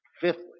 Fifthly